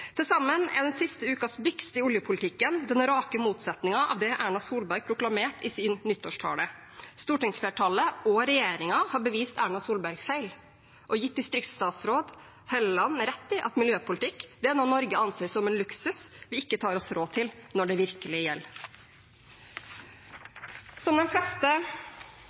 Til sammen er den siste ukens byks i oljepolitikken den rake motsetningen av det Erna Solberg proklamerte i sin nyttårstale. Stortingsflertallet og regjeringen har bevist Erna Solberg feil og gitt distriktsstatsråd Hofstad Helleland rett i at miljøpolitikk er noe Norge anser som en luksus vi ikke tar oss råd til når det virkelig gjelder. Som de fleste